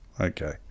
Okay